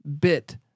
bit